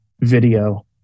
video